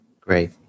Great